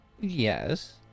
Yes